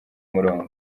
murongo